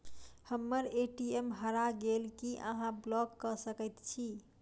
हम्मर ए.टी.एम हरा गेल की अहाँ ब्लॉक कऽ सकैत छी?